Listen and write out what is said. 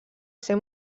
ser